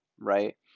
right